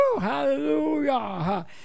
hallelujah